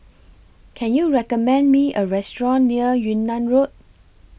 Can YOU recommend Me A Restaurant near Yunnan Road